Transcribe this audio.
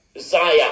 Zaya